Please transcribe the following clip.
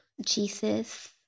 Jesus